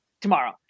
tomorrow